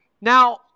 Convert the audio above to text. now